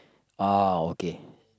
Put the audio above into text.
oh okay